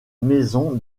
maison